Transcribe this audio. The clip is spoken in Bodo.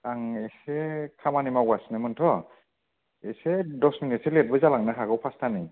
आं एसे खामानि मावगासिनिनोमोनथ' एसे दस मिनिट सो लेट बो जालांनो हागौ पासटानि